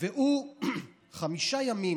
וחמישה ימים